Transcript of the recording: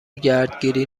گردگیری